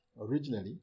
originally